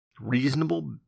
reasonable